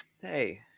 Hey